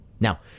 Now